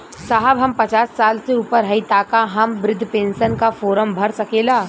साहब हम पचास साल से ऊपर हई ताका हम बृध पेंसन का फोरम भर सकेला?